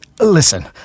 Listen